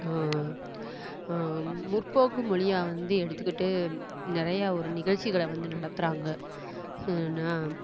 முற்போக்கு மொழியாக வந்து எடுத்துக்கிட்டு நிறையா ஒரு நிகழ்ச்சிகளை வந்து நடத்துகிறாங்க ஏன்னால்